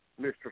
Mr